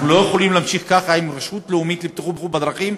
אנחנו לא יכולים להמשיך ככה עם רשות לאומית לבטיחות בדרכים,